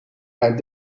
haar